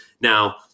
now